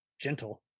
gentle